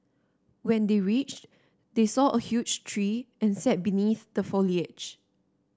when they reached they saw a huge tree and sat beneath the foliage